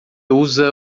usa